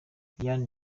diane